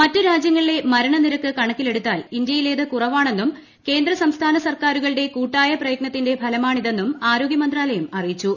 മറ്റ് രാജ്യങ്ങളിലെ മരണനിരക്ക് കണക്കിലെടുത്താൽ ഇന്ത്യയിലേക്ക് കുറവാണെന്നും കേന്ദ്ര സംസ്ഥാന സർക്കാരുകളുടെ കൂട്ടായ പ്രയത്നത്തിന്റെ ഫലമാണ് ഇതെന്നും ആരോഗൃമന്ത്രാലയം അറിയിച്ചു